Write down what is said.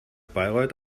bayreuth